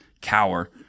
cower